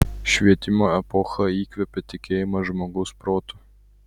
švietimo epocha įkvėpė tikėjimą žmogaus protu